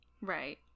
Right